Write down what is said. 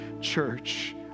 church